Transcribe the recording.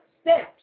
steps